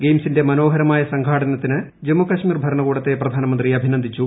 ഗെയിംസിന്റെ മനോഹരമായ സംഘാടനത്തിന് ജമ്മുകശ്മീർ ഭരണകൂടത്തെ പ്രധാനമന്ത്രി അഭിനന്ദിച്ചു